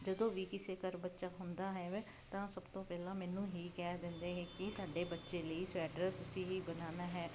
ਜਦੋਂ ਵੀ ਕਿਸੇ ਘਰ ਬੱਚਾ ਹੁੰਦਾ ਹੈ ਤਾਂ ਸਭ ਤੋਂ ਪਹਿਲਾਂ ਮੈਨੂੰ ਹੀ ਕਹਿ ਦਿੰਦੇ ਹੈ ਕਿ ਸਾਡੇ ਬੱਚੇ ਲਈ ਸਵੈਟਰ ਤੁਸੀਂ ਹੀ ਬਣਾਉਣਾ ਹੈ